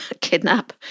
kidnap